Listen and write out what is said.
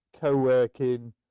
co-working